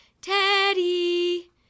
Teddy